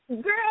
Girl